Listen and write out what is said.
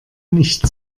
nicht